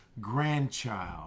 grandchild